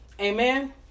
Amen